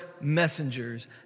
messengers